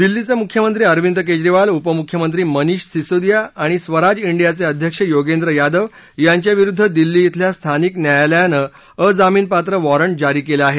दिल्लीचे मुख्यमंत्री अरविंद केजरीवाल उपमुख्यमंत्री मनीष सिसोदिया आणि स्वराज डियाचे अध्यक्ष योगेंद्र यादव यांच्याविरुद्ध दिल्ली धिल्या स्थानिक न्यायालयानं अजामीनपात्र वॉरंट जारी केलं आहे